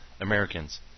Americans